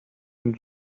and